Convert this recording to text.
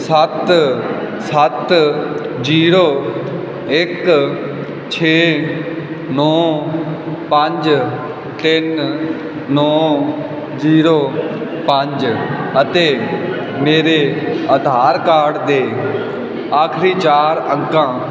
ਸੱਤ ਸੱਤ ਜੀਰੋ ਇੱਕ ਛੇ ਨੌਂ ਪੰਜ ਤਿੰਨ ਨੌਂ ਜੀਰੋ ਪੰਜ ਅਤੇ ਮੇਰੇ ਆਧਾਰ ਕਾਰਡ ਦੇ ਆਖਰੀ ਚਾਰ ਅੰਕਾਂ